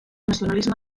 nacionalisme